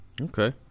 okay